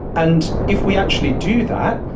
and if we actually do that,